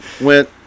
went